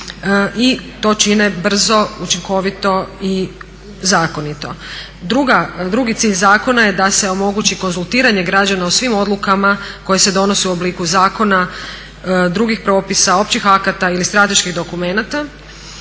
i to čine brzo, učinkovito i zakonito. Drugi cilj zakona je da se omogući konzultirane građana o svim odlukama koje se donose u obliku zakona, drugih propisa, općih akata ili strateških dokumenta